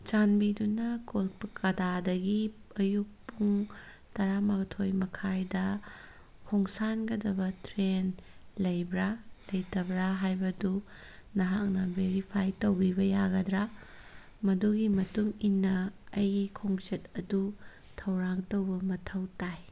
ꯆꯥꯟꯕꯤꯗꯨꯅ ꯀꯣꯜꯀꯇꯥꯗꯒꯤ ꯑꯌꯨꯛ ꯄꯨꯡ ꯇꯔꯥꯃꯥꯊꯣꯏ ꯃꯈꯥꯏꯗ ꯈꯣꯡꯁꯥꯟꯒꯗꯕ ꯇ꯭ꯔꯦꯟ ꯂꯩꯕ꯭ꯔ ꯂꯩꯇꯕ꯭ꯔ ꯍꯥꯏꯕꯗꯨ ꯅꯍꯥꯛꯅ ꯕꯦꯔꯤꯐꯥꯏ ꯌꯧꯕꯤꯕ ꯌꯥꯒꯗ꯭ꯔ ꯃꯗꯨꯒꯤ ꯃꯇꯨꯡ ꯏꯟꯅ ꯑꯩꯒꯤ ꯈꯣꯡꯆꯠ ꯑꯗꯨ ꯊꯧꯔꯥꯡ ꯇꯧꯕ ꯃꯊꯧ ꯇꯥꯏ